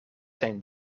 zijn